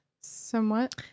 somewhat